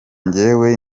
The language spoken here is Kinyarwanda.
njyewe